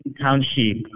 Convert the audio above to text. township